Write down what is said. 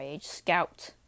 scout